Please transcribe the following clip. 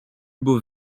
beaux